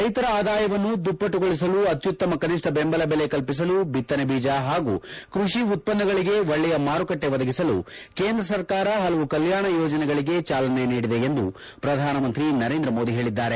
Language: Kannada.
ರೈತರ ಆದಾಯವನ್ನು ದುಪ್ಪಟ್ಟುಗೊಳಿಸಲು ಅತ್ಯುತ್ತಮ ಕನಿಷ್ಠ ಬೆಂಬಲ ಬೆಲೆ ಕಲ್ಪಿಸಲು ಭಿತ್ತನೆ ಬೀಜ ಹಾಗೂ ಕೃಷಿ ಉತ್ಪನ್ನಗಳಿಗೆ ಒಳ್ಳೆಯ ಮಾರುಕಟ್ಟೆ ಒದಗಿಸಲು ಕೇಂದ್ರ ಸರ್ಕಾರ ಹಲವು ಕಲ್ಯಾಣ ಯೋಜನೆಗಳಿಗೆ ಚಾಲನೆ ನೀಡಿದೆ ಎಂದು ಪ್ರಧಾನಮಂತ್ರಿ ನರೇಂದ್ರ ಮೋದಿ ಹೇಳಿದ್ದಾರೆ